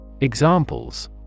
Examples